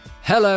Hello